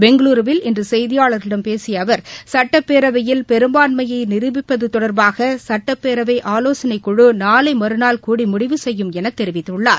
பெங்களுருவில் இன்றுசெய்தியாளர்களிடம் பேசியஅவர் சட்டப்பேரவையில் பெரும்பான்மையைநிருபிப்பத்தொடர்பாக சட்டப்பேரவைஆலோசனைக்குழுநாளைமறுநாள் கூடி முடிவு செய்யும் எனதெரிவித்துள்ளார்